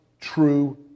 true